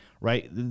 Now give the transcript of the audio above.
right